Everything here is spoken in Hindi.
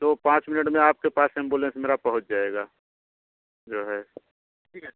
दो पाँच मिनट में आपके पास एंबुलेंस मेरा पहुँच जाएगा जो है ठीक है